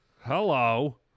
Hello